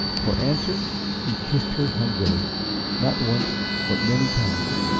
for answer he kissed her hungrily not once, but many times.